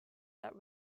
that